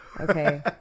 Okay